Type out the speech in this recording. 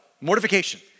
Mortification